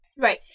Right